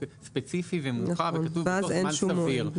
תוך זמן סביר.